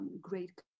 great